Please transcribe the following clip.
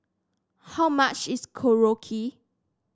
how much is Korokke